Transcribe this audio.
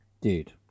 Dude